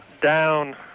Down